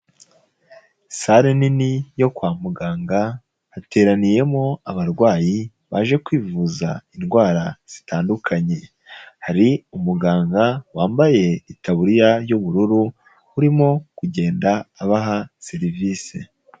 Sale nini yo kwa muganga, hateraniyemo abarwayi baje kwivuza indwara zitandukanye, hari umuganga wambaye itaburiya y'ubururu, urimo kugenda abaha serivisi.